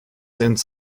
ins